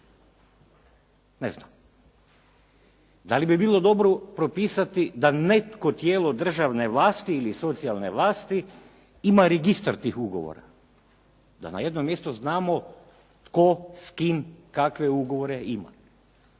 Ne znam. Da li bi bilo dobro propisati da netko tijelo državne vlasti ili socijalne vlasti ima registar tih ugovora? Da na jednom mjestu znamo tko, s kim kakve ugovore ima?